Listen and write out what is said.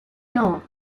not